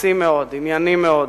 מעשי מאוד, ענייני מאוד.